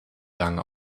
lang